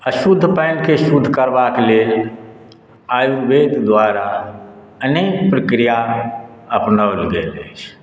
अशुद्ध पानिक शुद्ध करबाक लेल आयुर्वेद द्वारा अनेक प्रक्रिया अपनाओल गेल अछि